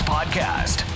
Podcast